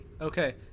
Okay